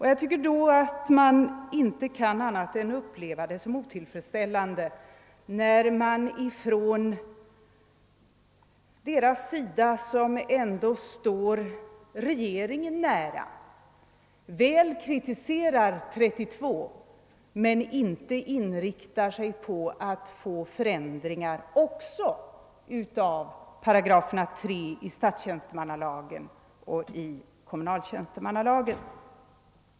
Jag tycker då att man inte kan annat än att uppleva det som otillfredsställande, när de som ändå står regeringen nära väl kritiserar § 32 men inte inriktar sig på att få förändringar också av 3 8 statstjänstemannalagen och 3 § kommunaltjänstemannalagen.